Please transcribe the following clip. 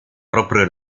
proprio